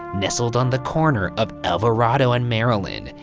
nestled on the corner of alvarado and maryland,